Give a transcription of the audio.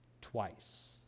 twice